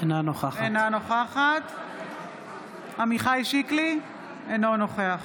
אינה נוכחת עמיחי שיקלי, אינו נוכח